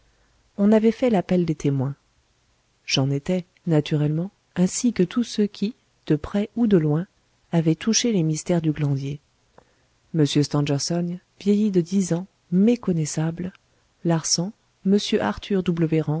on avait fait l'appel des témoins j'en étais naturellement ainsi que tous ceux qui de près ou de loin avaient touché les mystères du glandier m stangerson vieilli de dix ans méconnaissable larsan mr arthur w